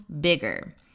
bigger